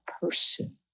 person